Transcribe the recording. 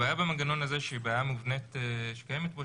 הבעיה המנגנון הזה שהיא בעיה מובנית שקיימת פה,